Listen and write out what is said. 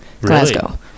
Glasgow